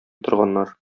торганнар